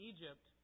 Egypt